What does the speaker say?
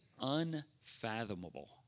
unfathomable